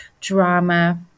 drama